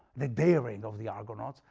the daring of the argonauts,